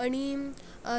आणि